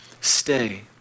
stay